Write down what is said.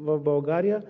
в България,